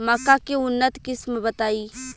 मक्का के उन्नत किस्म बताई?